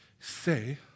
say